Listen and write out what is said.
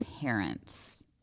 parents